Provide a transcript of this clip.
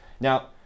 Now